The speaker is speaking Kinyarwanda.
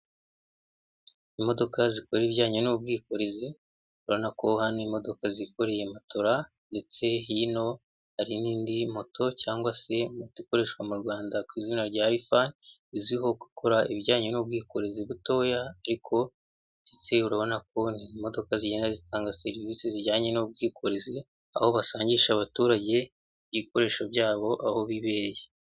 Imodoka zikora ibijyanye n'ubwikorezi, urabonako hano imodoka zikoreye motoRa, ndetse hino hari n'indi moto, cyangwa se moto ikoreshwa mu Rwanda ku izina rya rifani izwiho gukora ibijyanye n'ubwikorezi butoya. Ariko ndetse urabona kandi ni imodoka zigenda zitanga serivisi zijyanye n'ubwikorezi, aho basangisha abaturage ibikoresho byabo aho bibereye.